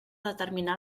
determinar